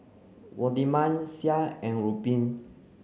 Waldemar Sean and Ruben